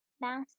mass